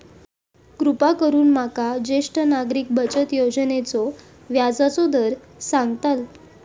कृपा करून माका ज्येष्ठ नागरिक बचत योजनेचो व्याजचो दर सांगताल